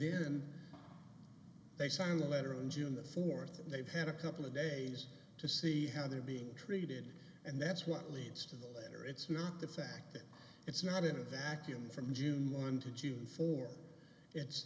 then they sign a letter on june the fourth and they've had a couple of days to see how they're being treated and that's what leads to the letter it's not the fact that it's not in a vacuum from june to june for it's